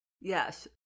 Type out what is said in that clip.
Yes